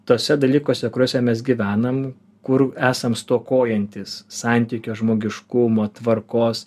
tuose dalykuose kuriuose mes gyvenam kur esam stokojantys santykio žmogiškumo tvarkos